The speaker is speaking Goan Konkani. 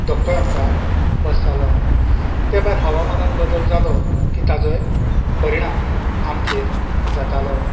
धक्कोय आमकां बसतालो त्या भायर हवामानांत बदल जालो की ताजोय परिणाम आमचेर जातालो